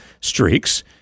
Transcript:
streaks